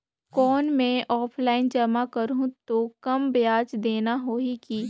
कौन मैं ऑफलाइन जमा करहूं तो कम ब्याज देना होही की?